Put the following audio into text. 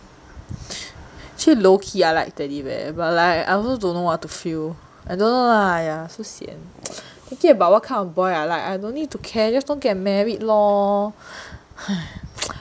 actually I low key I like teddy bear but like I also don't know what to feel I don't know lah !aiya! so sian thinking about what kind of boy I like I don't need to care just don't get married lor